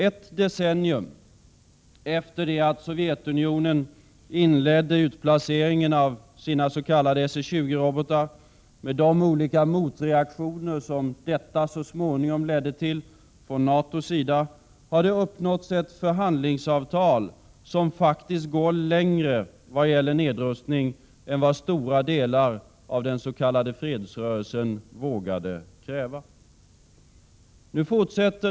Ett decennium efter det att Sovjetunionen inledde utplaceringen av sina s.k. SS20-robotar, med de olika motreaktioner detta så småningom ledde till fftån NATO:s sida, har det uppnåtts ett förhandlingsresultat som går längre när det gäller nedrustning än vad stora delar av dens.k. fredsrörelsen vågade kräva.